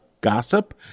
gossip